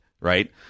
right